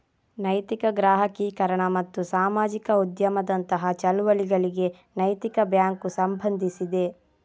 ನೈತಿಕ ಗ್ರಾಹಕೀಕರಣ ಮತ್ತು ಸಾಮಾಜಿಕ ಉದ್ಯಮದಂತಹ ಚಳುವಳಿಗಳಿಗೆ ನೈತಿಕ ಬ್ಯಾಂಕು ಸಂಬಂಧಿಸಿದೆ